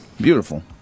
beautiful